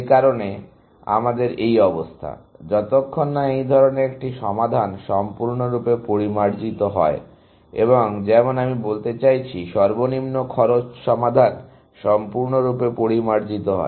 যে কারণে আমাদের এই অবস্থা যতক্ষণ না এই ধরনের একটি সমাধান সম্পূর্ণরূপে পরিমার্জিত করা হয় এবং যেমন আমি বলতে চাইছি সর্বনিম্ন খরচ সমাধান সম্পূর্ণরূপে পরিমার্জিত হয়